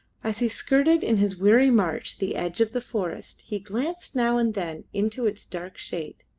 as he skirted in his weary march the edge of the forest he glanced now and then into its dark shade,